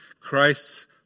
Christ's